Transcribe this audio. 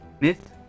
Myth